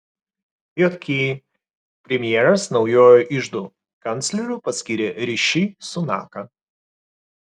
jk premjeras naujuoju iždo kancleriu paskyrė riši sunaką